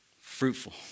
Fruitful